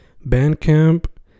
Bandcamp